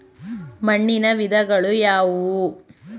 ಮಣ್ಣಿನ ವಿಧಗಳು ಯಾವುವು?